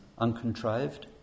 uncontrived